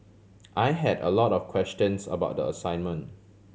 I had a lot of questions about the assignment